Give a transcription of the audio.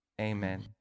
Amen